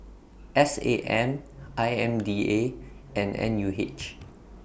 S A M I M D A and N U H